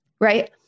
Right